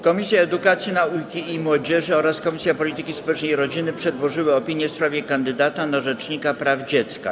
Komisja Edukacji, Nauki i Młodzieży oraz Komisja Polityki Społecznej i Rodziny przedłożyły opinię w sprawie kandydata na rzecznika praw dziecka.